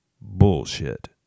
Bullshit